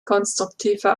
konstruktive